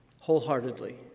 wholeheartedly